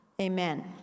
Amen